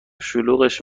شلوغش